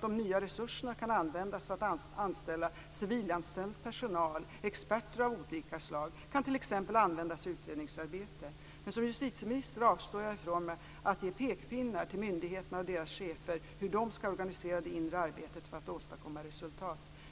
De nya resurserna kan användas för att anställa civil personal, experter av olika slag, för att användas i utredningsarbetet. Som justitieminister avstår jag från att ge pekpinnar till cheferna på myndigheterna om hur de skall organisera det inre arbetet för att åstadkomma resultat.